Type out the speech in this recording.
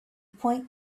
point